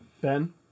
Ben